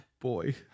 boy